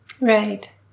Right